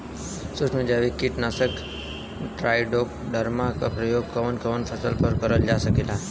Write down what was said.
सुक्ष्म जैविक कीट नाशक ट्राइकोडर्मा क प्रयोग कवन कवन फसल पर करल जा सकेला?